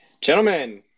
Gentlemen